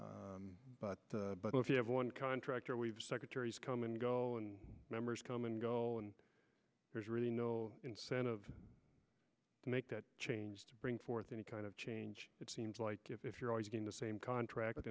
decades but if you have one contractor we have secretaries come and go and members come and go and there's really no incentive to make that change to bring forth any kind of change it seems like if you're always going the same contract